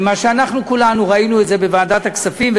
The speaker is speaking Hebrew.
מה שאנחנו כולנו ראינו בוועדת הכספים,